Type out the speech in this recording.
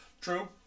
True